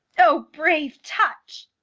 o brave touch!